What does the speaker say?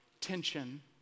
tension